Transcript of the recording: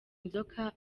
inzoka